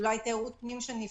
אולי תיירות פנים,